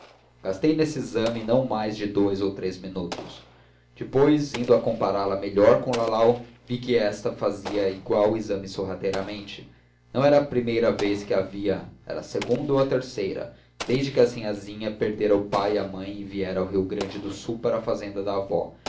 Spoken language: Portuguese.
gastei nesse exame não mais de dous a três minutos depois indo a compará la melhor com lalau vi que esta fazia igual exame sorrateiramente não era a primeira vez que a via era a segunda ou terceira desde que sinhazinha perdera o pai e a mãe e viera do rio grande do sul para a fazenda da avó